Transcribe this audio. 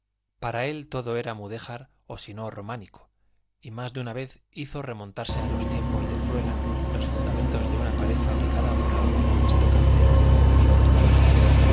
para él todo era mudéjar o si no románico y más de una vez hizo remontarse a los tiempos de fruela los fundamentos de una pared fabricada por algún modesto cantero vivo todavía